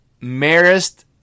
Marist